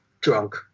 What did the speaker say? drunk